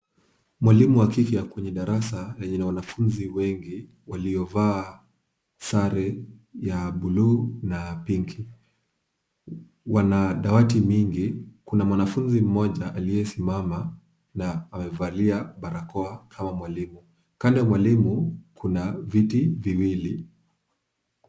Mwalimu wa kike ako kwenye darasa na lina wanafunzi wengi waliovaa sare ya buluu na pinki, wana dawati nyingi, kuna mwanafunzi mmoja aliyesimama na amevalia barakoa kama mwalimu. Kando ya mwalimu kuna viti viwili.